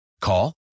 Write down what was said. Call